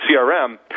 CRM